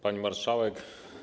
Pani Marszałek!